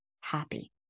happy